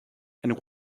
and